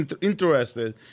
interested